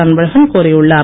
அன்பழகன் கோரியுள்ளார்